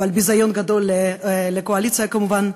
אבל ביזיון גדול לקואליציה כמובן.